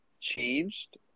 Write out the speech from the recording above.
changed